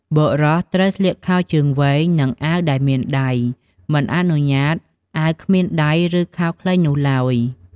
បុរសត្រូវស្លៀកខោជើងវែង និងអាវដែលមានដៃ មិនអនុញ្ញាតអាវគ្មានដៃឬខោខ្លីនោះឡើយ។